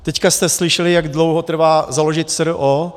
Teď jste slyšeli, jak dlouho trvá založit s. r. o.